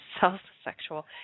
self-sexual